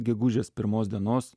gegužės pirmos dienos